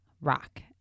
rock